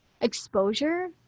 exposure